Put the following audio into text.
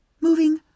moving